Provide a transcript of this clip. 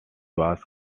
was